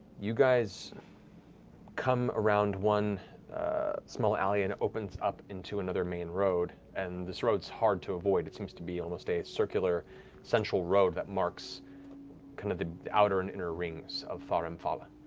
you guys come around one small alley and it opens up into another main road, and this road's hard to avoid. it seems to be almost a circular central road that marks kind of the outer and inner rings of thar amphala.